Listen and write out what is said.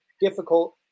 difficult